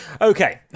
Okay